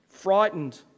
Frightened